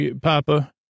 Papa